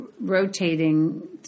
rotating